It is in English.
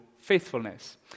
faithfulness